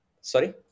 Sorry